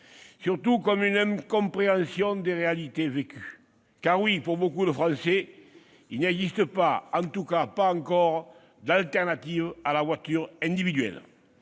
perçue comme une incompréhension des réalités vécues. En effet, pour beaucoup de Français, il n'existe pas, en tout cas pas encore, de moyen de se passer de la voiture individuelle.